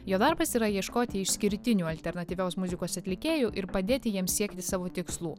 jo darbas yra ieškoti išskirtinių alternatyvios muzikos atlikėjų ir padėti jiems siekti savo tikslų